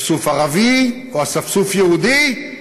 אספסוף ערבי או אספסוף יהודי,